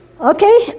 Okay